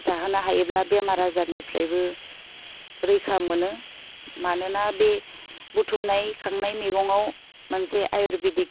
जाहोनो हायोब्ला बेमार आजारनिफ्रायबो रैखा मोनो मानोना बे बुथुमनाय खांनाय मेगंआव मोनसे आयुरबेदिक